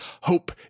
hope